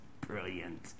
brilliant